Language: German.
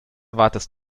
wartest